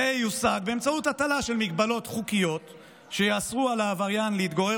זה יושג באמצעות הטלה של הגבלות חוקיות שיאסרו על העבריין להתגורר